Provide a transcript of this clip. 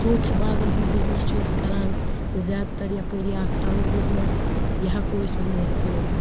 ژوٗنٛٹھ باغَن ہُنٛد بِزنٮ۪س چھِ أسۍ کران زیادٕ تَر یَپٲر یہِ اَکھ ٹَنٛگ بِزنٮ۪س یا ہٮ۪کَو أسۍ ؤنِتھ اۭں